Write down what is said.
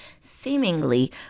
seemingly